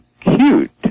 cute